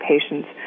patients